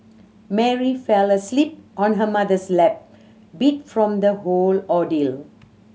Mary fell asleep on her mother's lap beat from the whole ordeal